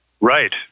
Right